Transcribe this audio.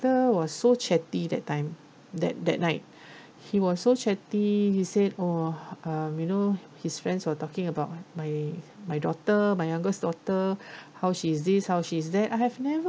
father was so chatty that time that that night he was so chatty he said orh um you know his friends were talking about my my daughter my youngest daughter how she is this how she is that I have never